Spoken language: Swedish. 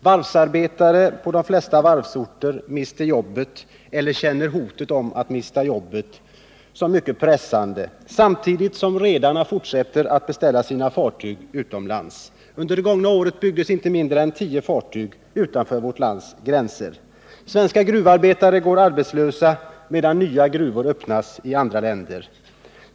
Varvsarbetare på de flesta varvsorter mister arbetet eller också känner de det mycket pressande hotet att mista arbetet — samtidigt som redarna fortsätter att beställa sina fartyg utomlands. Under det gångna året byggdes inte mindre än tio fartyg utanför vårt lands gränser. Svenska gruvarbetare går arbetslösa, medan nya gruvor öppnas i andra länder.